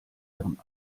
ihrem